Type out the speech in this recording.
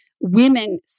women